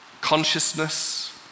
consciousness